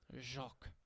Jock